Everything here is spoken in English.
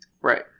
Right